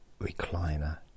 recliner